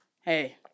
hey